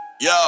Yo